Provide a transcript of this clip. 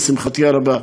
לשמחתי הרבה,